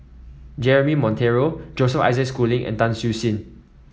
Jeremy Monteiro Joseph Isaac Schooling and Tan Siew Sin